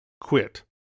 quit